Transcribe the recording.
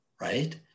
right